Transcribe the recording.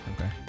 okay